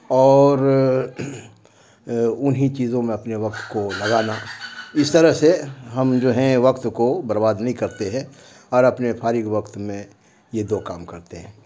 اور انہیں چیزوں میں اپنے وقت کو لگانا اس طرح سے ہم جو ہیں وقت کو برباد نہیں کرتے ہیں اور اپنے فارغ وقت میں یہ دو کام کرتے ہیں